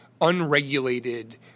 unregulated